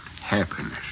happiness